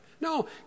No